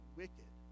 wicked